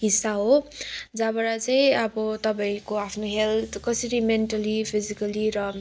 हिस्सा हो जहाँबाट चाहिँ अब तपाईँको आफ्नो हेल्थ कसरी मेन्टल्ली फिजिकल्ली र